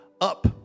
up